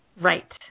Right